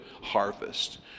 harvest